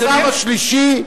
הצו השלישי,